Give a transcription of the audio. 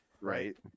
Right